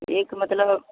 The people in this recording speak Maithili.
एक मतलब